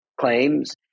claims